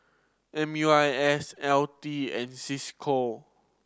M U I S L T and Cisco